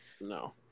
No